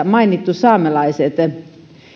mainittu saamelaiset ainoastaan viidennessä pykälässä